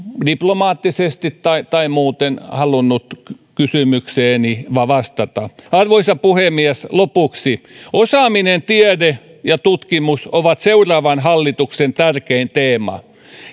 diplomaattisesti tai tai muuten halunnut kysymykseeni vastata arvoisa puhemies lopuksi osaaminen tiede ja tutkimus ovat seuraavan hallituksen tärkein teema